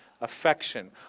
affection